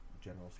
general